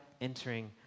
entering